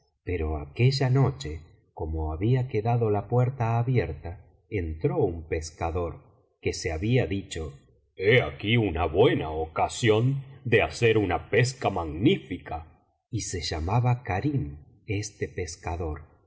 pero aquella noche como había quedado la puerta abierta entró un pescador que se había dicho he aquí una buena ocasión de hacer una pesca magnífica y se llamaba karim este pescador